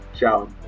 Ciao